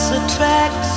attracts